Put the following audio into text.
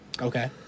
Okay